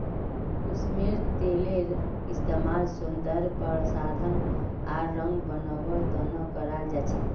कुसुमेर तेलेर इस्तमाल सौंदर्य प्रसाधन आर रंग बनव्वार त न कराल जा छेक